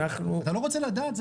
אתה לא רוצה לדעת?